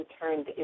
turned